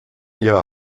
ihrer